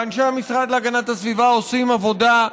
ואנשי המשרד להגנת הסביבה עושים עבודה,